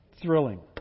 Thrilling